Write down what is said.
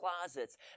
closets